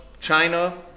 China